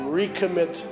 recommit